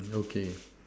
okay